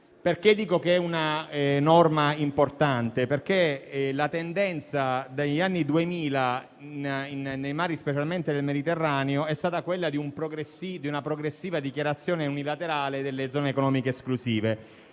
Perché dico che è una norma importante? Perché la tendenza dagli anni 2000, specialmente nel Mediterraneo, è stata quella di una progressiva dichiarazione unilaterale di zone economiche esclusive.